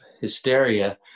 hysteria